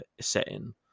setting